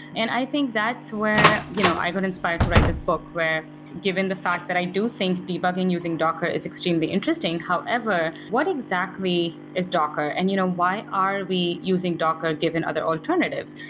and i think that's where you know i got inspired to write this book where given the fact that i do think debugging using docker is extremely interesting. however, what exactly is docker and you know why are we using docker given other alternatives?